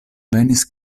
venis